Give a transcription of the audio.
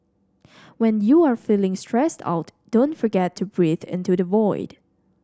when you are feeling stressed out don't forget to breathe into the void